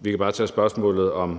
Vi kan bare tage spørgsmålet om